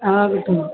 ആ കിട്ടുംോ